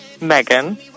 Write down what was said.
Megan